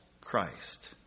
Christ